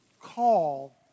call